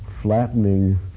flattening